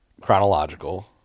chronological